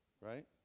right